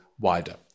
wider